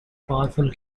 powerful